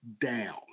down